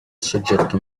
soggetto